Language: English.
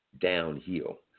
downhill